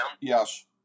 Yes